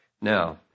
Now